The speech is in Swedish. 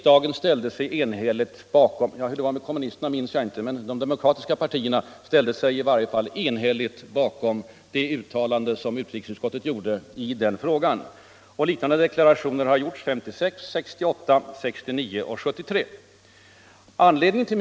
De demokratiska partierna — hur det var med kommunisterna minns jag inte — ställde sig enhälligt bakom det uttalande som utrikesutskottet gjorde i den frågan. Liknande deklarationer har gjorts 1956, 1968 och 1969.